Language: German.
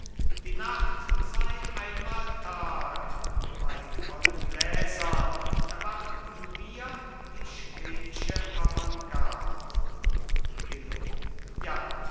die nacht sei einmal tag bei vollen gläsern erwarten wir die schwedsche avantgarde illo ja